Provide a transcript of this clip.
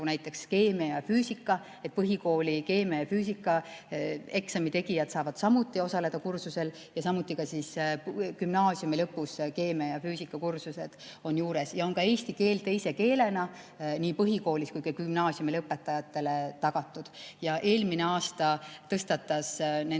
näiteks keemia ja füüsika, et põhikooli keemia‑ ja füüsikaeksami tegijad saavad samuti osaleda kursustel ja ka gümnaasiumi lõpus on keemia ja füüsika kursused juures. Ja on ka eesti keel teise keelena nii põhikoolis kui ka gümnaasiumi lõpetajatele tagatud. Eelmine aasta tõstatas